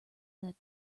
that